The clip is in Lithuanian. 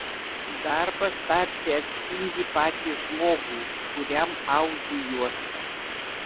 darbas tarsi atspindi patį žmogų kuriam audžiu juostą